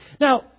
Now